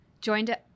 Joined